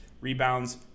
rebounds